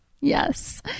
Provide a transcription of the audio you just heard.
Yes